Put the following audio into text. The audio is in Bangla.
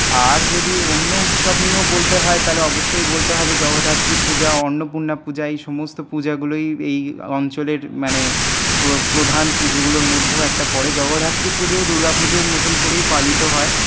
আর যদি অন্য উৎসব নিয়েও বলতে হয় তাহলে অবশ্যই বলতে হবে জগদ্ধাত্রী পূজা অন্নপূর্ণা পূজা এই সমস্ত পূজাগুলোই এই অঞ্চলের মানে প্রধান পুজোগুলোর মধ্যেও একটা পড়ে জগদ্ধাত্রী পুজোও দুর্গাপুজোর মতন করেই পালিত হয়